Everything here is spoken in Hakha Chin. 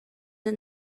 dah